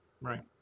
Right